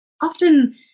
often